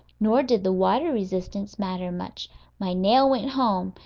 nor did the water resistance matter much my nail went home,